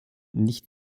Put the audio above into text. nicht